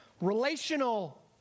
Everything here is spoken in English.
relational